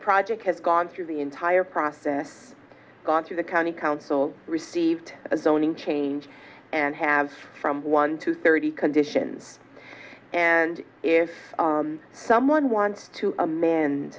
project has gone through the entire process gone through the county council received a zoning change and have from one to thirty conditions and if someone wants to a